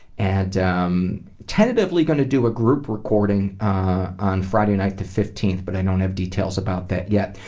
and um tentatively going to do a group recording on friday night the fifteenth, but i don't have details about that yet.